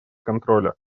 контроля